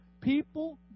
people